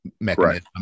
mechanism